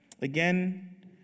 Again